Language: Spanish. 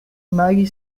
maggie